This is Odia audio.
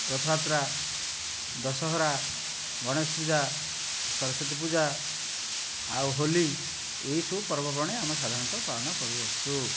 ରଥଯାତ୍ରା ଦଶହରା ଗଣେଶପୂଜା ସରସ୍ଵତୀ ପୂଜା ଆଉ ହୋଲି ଏହି ସବୁ ପର୍ବ ପର୍ବାଣି ଆମେ ସାଧାରଣତଃ ପାଳନ କରୁଅଛୁ